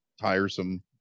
tiresome